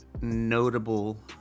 notable